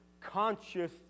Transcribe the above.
conscious